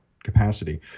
capacity